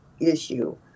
issue